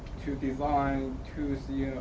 to define to see